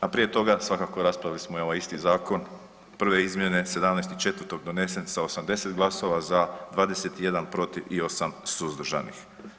A prije toga svakako raspravljali smo ovaj isti zakon, prve izmjene 17.4. donesen sa 80 glasova za, 21 protiv i 8 suzdržanih.